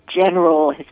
general